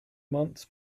months